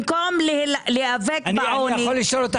במקום להיאבק בעוני,